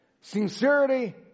Sincerity